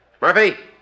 Murphy